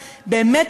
באמת,